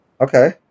Okay